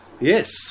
Yes